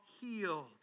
healed